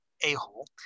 a-hole